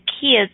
kids